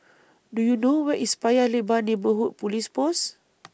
Do YOU know Where IS Paya Lebar Neighbourhood Police Post